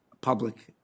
public